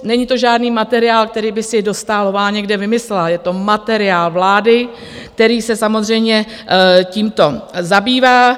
Není to žádný materiál, který by si Dostálová někde vymyslela, je to materiál vlády, který se samozřejmě tímto zabývá.